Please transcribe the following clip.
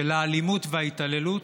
של האלימות וההתעללות,